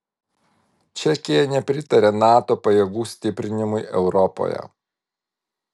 čekija nepritaria nato pajėgų stiprinimui europoje